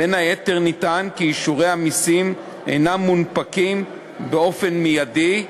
בין היתר נטען כי אישורי המסים אינם מונפקים באופן מיידי: